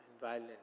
violent